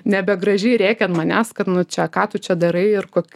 nebegražiai rėkia ant manęs kad nu čia ką tu čia darai ir kok